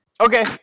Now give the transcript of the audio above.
Okay